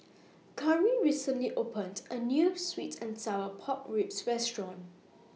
Cari recently opened A New Sweet and Sour Pork Ribs Restaurant